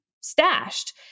stashed